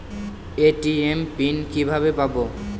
ATM PIN কিভাবে পাবো?